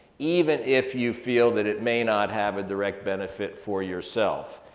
even if you feel that it may not have a direct benefit for yourself.